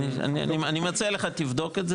אני מציע לך לבדוק את זה,